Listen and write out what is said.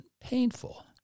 painful